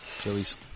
Joey's